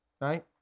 right